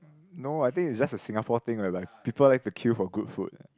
no I think it's just a Singapore thing whereby people like to queue for good food